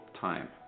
time